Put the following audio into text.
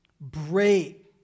Break